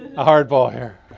ah hardball here.